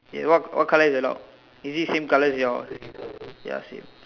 okay what colour is the lock is it same colour as your ya same